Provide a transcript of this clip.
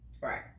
Right